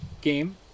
game